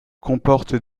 comporte